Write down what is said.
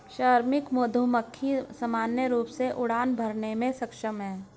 श्रमिक मधुमक्खी सामान्य रूप से उड़ान भरने में सक्षम हैं